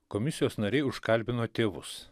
komisijos nariai užkalbino tėvus